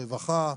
רווחה,